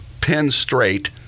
pin-straight